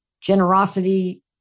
generosity